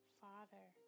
father